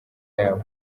yabo